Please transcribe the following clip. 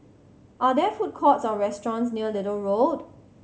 are there food courts or restaurants near Little Road